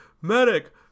medic